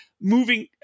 Moving –